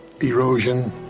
erosion